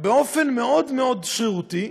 באופן מאוד מאוד שרירותי,